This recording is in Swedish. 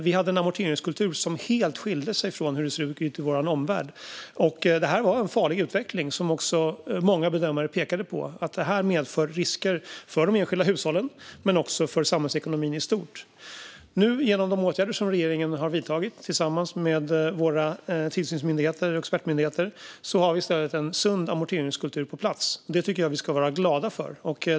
Vi hade en amorteringskultur som helt skilde sig från hur det såg ut i vår omvärld. Detta var en farlig utveckling. Och många bedömare pekade på att detta medförde risker för de enskilda hushållen men också för samhällsekonomin i stort. Genom de åtgärder som regeringen har vidtagit tillsammans med tillsynsmyndigheter och expertmyndigheter har vi i stället en sund amorteringskultur på plats, och det tycker jag att vi ska vara glada för.